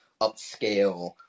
upscale